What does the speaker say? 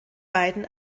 beiden